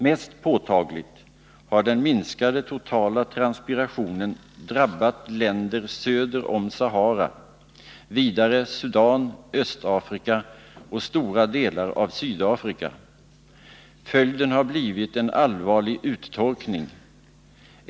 Mest påtagligt har minskningen av den totala transpirationen drabbat länderna söder om Sahara, vidare Sudan, Östafrika och stora delar av Sydafrika. Följden har blivit en allvarlig uttorkning.